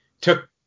took